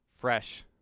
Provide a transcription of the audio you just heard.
Fresh